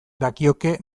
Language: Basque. dakioke